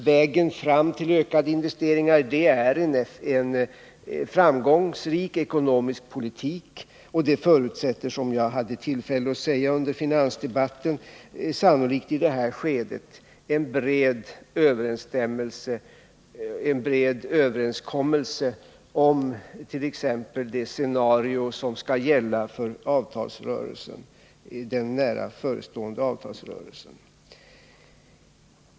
Vägen dit går över en framgångsrik ekonomisk politik. Det förutsätter i det här skedet, som jag hade tillfälle att säga under finansdebatten, en bred överenskommelse om t.ex. det scenario som skall gälla för den nära förestående avtalsrörelsen.